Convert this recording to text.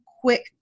quick